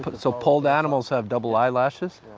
but so polled animals have double eyelashes,